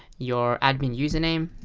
your admin username,